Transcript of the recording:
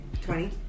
Twenty